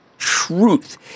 truth